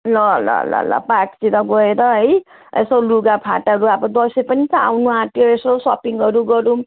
ल ल ल ल पार्कतिर गएर है यसो लुगा फाटाहरू अब दसैँ पनि त आउनु आँट्यो यसो सपिङहरू गरौँ है